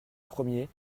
premier